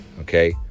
Okay